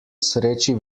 sreči